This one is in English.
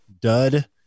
dud